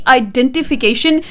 identification